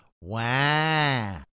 Wow